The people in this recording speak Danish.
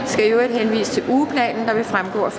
skal i øvrigt henvise til ugeplanen, der vil fremgå